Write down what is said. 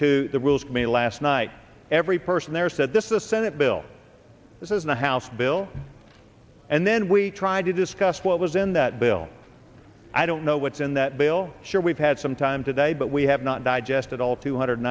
to the rules committee last night every person there said this is a senate bill this is the house bill and then we tried to discuss what was in that bill i don't know what's in that bill sure we've had some time today but we have not digested all two hundred